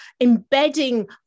embedding